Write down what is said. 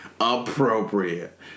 Appropriate